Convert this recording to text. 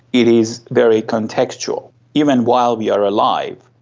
it is very contextual. even while we are alive,